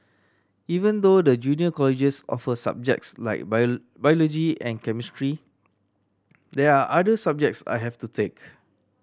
even though the junior colleges offer subjects like biology and chemistry there are other subjects I have to take